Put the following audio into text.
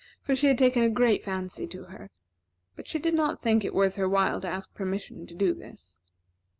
for she had taken a great fancy to her but she did not think it worth her while to ask permission to do this.